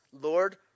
Lord